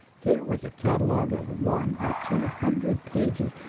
here was a catalogue of one or two hundred pages,